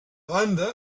banda